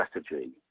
strategy